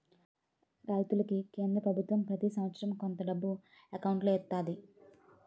రైతులకి కేంద్ర పభుత్వం ప్రతి సంవత్సరం కొంత డబ్బు ఎకౌంటులో ఎత్తంది